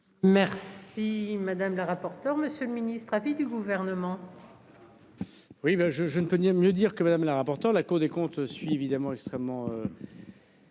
Merci madame la rapporteure. Monsieur le Ministre avis du gouvernement. Oui ben je je ne peux nier me le dire que Madame la rapporteure. La Cour des comptes suit évidemment extrêmement.